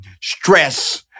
stress